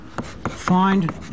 find